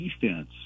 defense